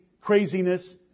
Craziness